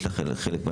יש לך חלק מהתשובות.